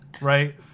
right